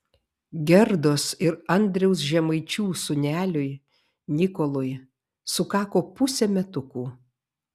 gerdos ir andriaus žemaičių sūneliui nikolui sukako pusė metukų